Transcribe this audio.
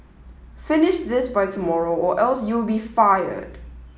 finish this by tomorrow or else you'll be fired